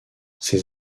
ses